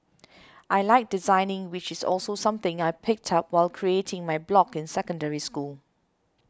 I like designing which is also something I picked up while creating my blog in Secondary School